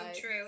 true